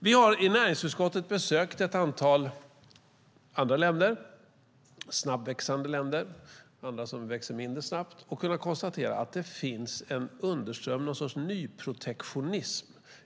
Vi har i näringsutskottet besökt ett antal andra länder - snabbväxande länder, andra som växer mindre snabbt - och konstaterat att det finns någon sorts nyprotektionism.